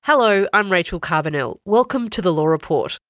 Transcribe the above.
hello, i'm rachel carbonell, welcome to the law report.